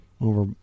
over